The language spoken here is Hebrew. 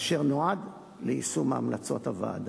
אשר נועד ליישום המלצות הוועדה.